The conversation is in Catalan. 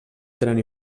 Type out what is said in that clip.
tenen